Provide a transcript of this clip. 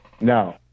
No